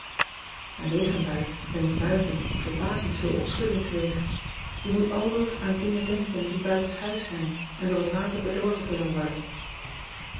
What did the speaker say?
en regenbui brengt buiten verbazend veel opschudding te weeg e moet aldoor aan dingen denken die buitenshuis zijn en door het water bedorven kunnen worden